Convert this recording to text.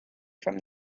from